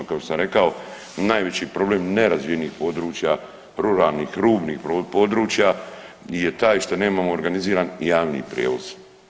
Kao što sam rekao najveći problem nerazvijenih područja ruralnih, rubnih područja je taj što nemamo organizirani javni prijevoz.